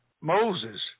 Moses